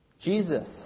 Jesus